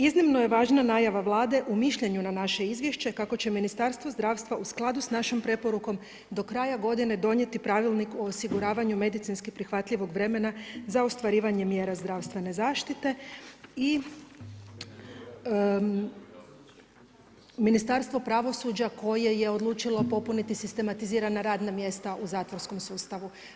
Iznimno je važna najava Vlade u mišljenju na naše izvješće kako će Ministarstvo zdravstva u skladu s našom preporukom do kraja godine donijeti Pravilnik o osiguravanju medicinski prihvatljivog vremena za ostvarivanje mjera zdravstvene zaštite i Ministarstvo pravosuđa koje je odlučilo popuniti sistematizirana radna mjesta u zatvorskom sustavu.